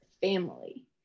family